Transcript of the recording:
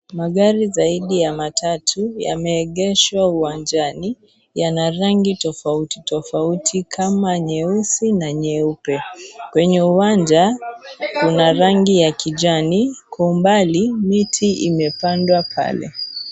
Magari zaidi ya matatu yameegeshwa uwanjani, yana rangi tofauti tofauti kama nyeusi na nyeupe, kwenye uwanja kuna rangi ya kijani, kwa umbali miti imepandwa pale.